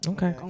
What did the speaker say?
Okay